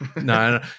No